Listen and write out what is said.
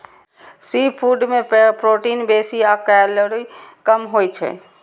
seafood मे protein बेसी आ कैलोरी कम होइ छै